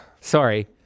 Sorry